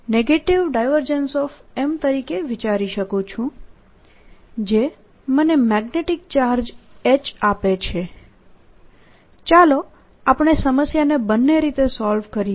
M તરીકે વિચારી શકું છું જે મને મેગ્નેટીક ચાર્જ H આપે છે ચાલો આપણે સમસ્યાને બંને રીતે સોલ્વ કરીએ